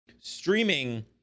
streaming